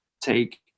take